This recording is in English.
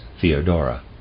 Theodora